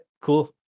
cool